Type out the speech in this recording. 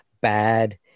bad